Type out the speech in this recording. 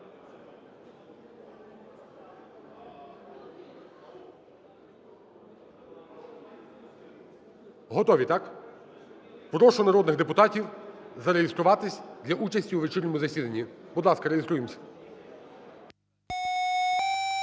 Готові, так? Прошу народних депутатів зареєструватися для участі у вечірньому засіданні. Будь ласка, реєструємося.